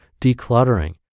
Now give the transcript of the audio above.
decluttering